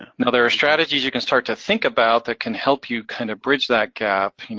now, there are strategies you can start to think about that can help you kind of bridge that gap.